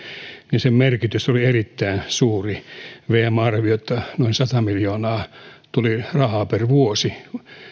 niin sen merkitys oli erittäin suuri vm arvioi että noin sata miljoonaa tuli rahaa per vuosi